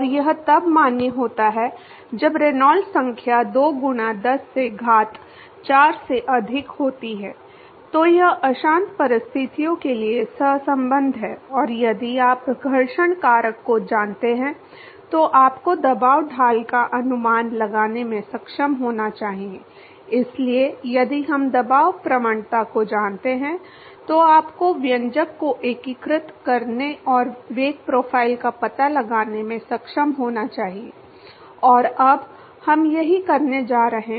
इसलिए यदि हम दबाव प्रवणता को जानते हैं तो आपको व्यंजक को एकीकृत करने और वेग प्रोफ़ाइल का पता लगाने में सक्षम होना चाहिए और अब हम यही करने जा रहे हैं